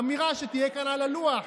אמירה שתהיה כאן על הלוח,